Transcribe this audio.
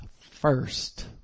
first